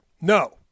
No